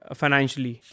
financially